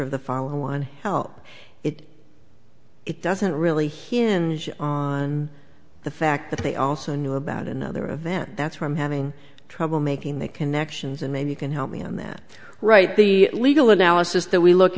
of the follow one hell it it doesn't really hinge on the fact that they also knew about another event that's why i'm having trouble making the connections and maybe you can help me on that right the legal analysis that we look